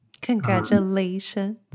Congratulations